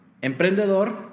emprendedor